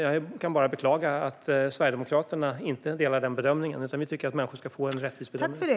Jag kan bara beklaga att Sverigedemokraterna inte delar den bedömningen. Vi tycker att människor ska få en rättvis bedömning.